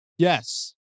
Yes